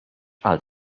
għal